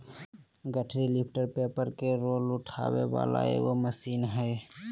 गठरी lifter paper के roll उठावे वाला एगो मशीन हइ